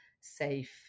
safe